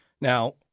Now